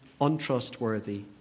untrustworthy